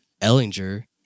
Ellinger